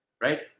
Right